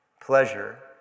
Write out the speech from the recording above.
Pleasure